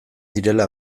direla